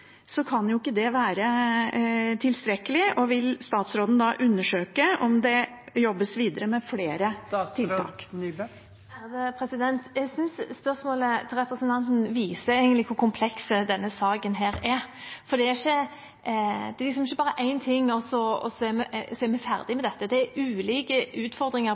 kan jo ikke det være tilstrekkelig. Vil statsråden undersøke om det jobbes videre med flere tiltak? Jeg synes spørsmålet til representanten egentlig viser hvor kompleks denne saken er. Det er liksom ikke bare én ting, og så er vi ferdig med dette. Det er ulike utfordringer